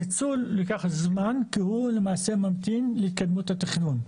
הניצול ייקח זמן כי הוא למעשה ממתין להתקדמות התכנון.